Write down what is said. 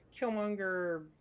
killmonger